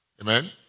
Amen